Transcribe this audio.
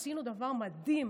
עשינו דבר מדהים.